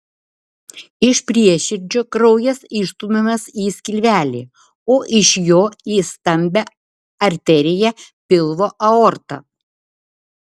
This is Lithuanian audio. iš prieširdžio kraujas išstumiamas į skilvelį o iš jo į stambią arteriją pilvo aortą